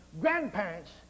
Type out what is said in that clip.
grandparents